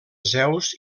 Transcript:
zeus